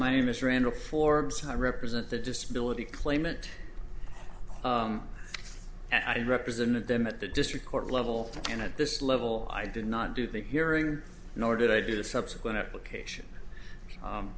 my name is randall forbes and i represent the disability claimant and i represented them at the district court level and at this level i did not do the hearing nor did i do the subsequent application